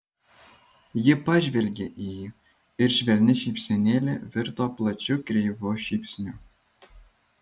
ji pažvelgė į jį ir švelni šypsenėlė virto plačiu kreivu šypsniu